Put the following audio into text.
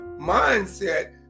mindset